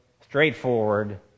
straightforward